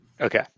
Okay